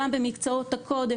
גם במקצועות הקודש,